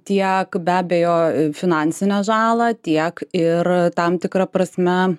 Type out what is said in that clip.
tie be abejo finansinę žalą tiek ir tam tikra prasme